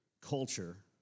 culture